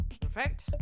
Perfect